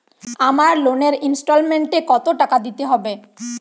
আমার লোনের ইনস্টলমেন্টৈ কত টাকা দিতে হবে?